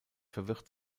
verwirrt